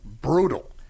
brutal